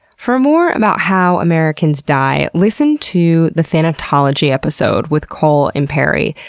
for more about how americans die, listen to the thanatology episode with cole imperi.